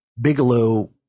Bigelow